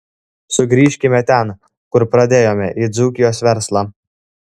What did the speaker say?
sugrįžkime ten kur pradėjome į dzūkijos verslą